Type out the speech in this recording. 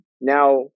Now